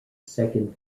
second